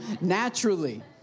naturally